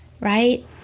right